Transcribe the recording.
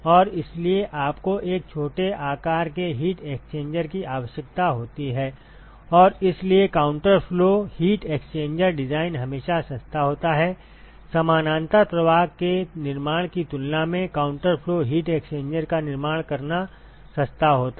और इसलिए आपको एक छोटे आकार के हीट एक्सचेंजर की आवश्यकता होती है और इसलिए counter flow heat exchanger design हमेशा सस्ता होता है समानांतर प्रवाह के निर्माण की तुलना में काउंटर फ्लो हीट एक्सचेंजर का निर्माण करना सस्ता होता है